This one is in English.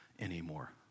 anymore